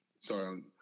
sorry